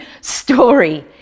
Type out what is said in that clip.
story